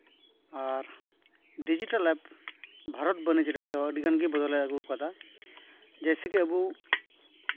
ᱟᱨ digital ᱞᱮᱵ ᱵᱷᱟᱨᱚᱛ ᱵᱟᱹᱱᱤᱡᱽ ᱨᱮᱫᱚ ᱟᱹᱰᱤ ᱜᱟᱱ ᱜᱮ ᱵᱚᱫᱚᱞᱮᱭ ᱟᱹᱜᱩ ᱟᱠᱟᱫᱟ ᱡᱮᱭᱥᱮ ᱠᱤ ᱟᱵᱚ